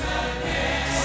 again